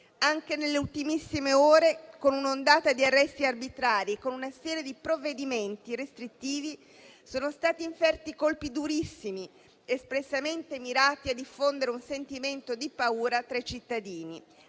Anche nelle ultimissime ore, con un'ondata di arresti arbitrari e con una serie di provvedimenti restrittivi, sono stati inferti colpi durissimi, espressamente mirati a diffondere un sentimento di paura tra i cittadini,